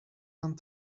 and